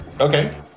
Okay